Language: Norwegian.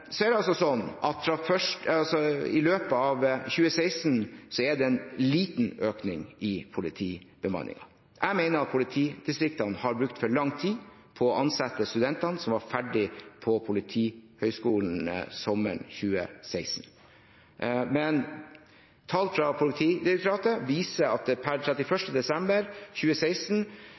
I løpet av 2016 er det en liten økning i politibemanningen. Jeg mener at politidistriktene har brukt for lang tid på å ansette studentene som var ferdig på Politihøgskolen sommeren 2016, men tall fra Politidirektoratet viser at per 31. desember 2016